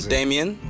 Damien